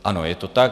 Ano, je to tak.